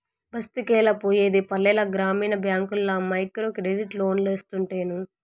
బస్తికెలా పోయేది పల్లెల గ్రామీణ బ్యాంకుల్ల మైక్రోక్రెడిట్ లోన్లోస్తుంటేను